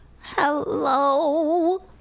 Hello